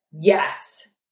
Yes